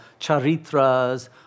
charitras